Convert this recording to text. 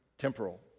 Temporal